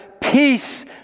peace